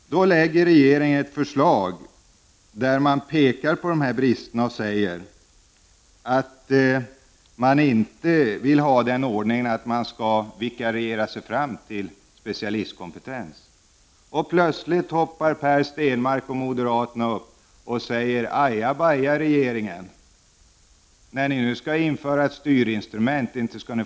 Då lägger regeringen fram ett förslag, där man pekar på dessa brister och säger att man inte vill ha den ordningen att läkarna skall vikariera sig fram till specialistkompetens. Plötsligt hoppar Per Stenmarck och moderaterna upp och säger: Ajabaja, regeringen! Inte får ni införa ett styrinstrument.